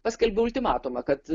paskelbė ultimatumą kad